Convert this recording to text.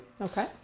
Okay